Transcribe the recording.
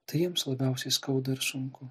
tai jiems labiausiai skauda ir sunku